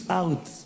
out